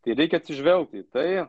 tai reikia atsižvelgt į tai